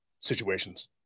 situations